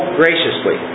graciously